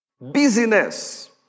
Busyness